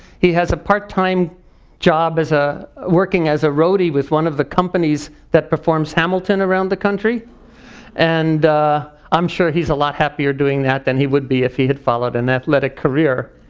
he has a part time job as ah working as a roadie with one of the companies that performs hamilton around the country and i'm sure he's a lot happier doing that than he would be if he had followed an athletic career.